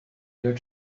here